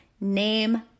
Name